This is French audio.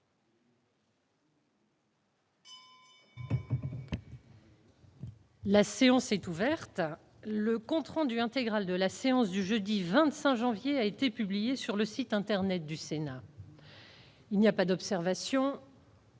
La séance est ouverte.. Le compte rendu intégral de la séance du jeudi 25 janvier 2018 a été publié sur le site internet du Sénat. Il n'y a pas d'observation